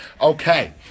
Okay